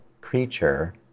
creature